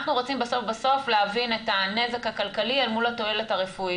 אנחנו רוצים בסוף להבין את הנזק הכלכלי מול התועלת הרפואית,